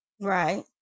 Right